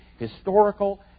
historical